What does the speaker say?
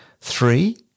Three